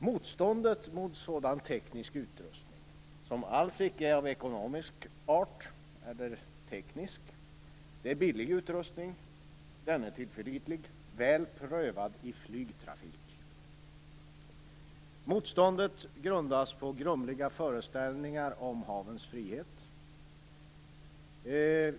Motståndet mot sådan teknisk utrustning är alls icke av ekonomisk eller teknisk art. Det är billig utrustning. Den är tillförlitlig och väl prövad i flygtrafik. Motståndet grundas på grumliga föreställningar om havens frihet.